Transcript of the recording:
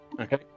Okay